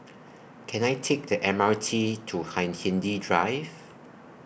Can I Take The M R T to Hindhede Drive